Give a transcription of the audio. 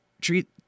treat